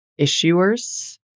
issuers